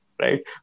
right